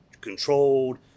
controlled